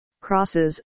crosses